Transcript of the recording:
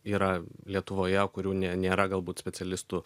yra lietuvoje kurių nė nėra galbūt specialistų